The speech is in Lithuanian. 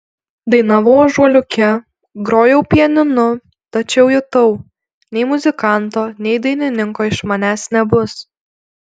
dainavau ąžuoliuke grojau pianinu tačiau jutau nei muzikanto nei dainininko iš manęs nebus